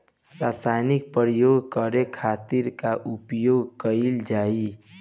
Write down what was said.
रसायनिक प्रयोग करे खातिर का उपयोग कईल जाइ?